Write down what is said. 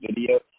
video